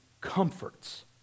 comforts